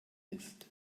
ist